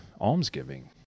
almsgiving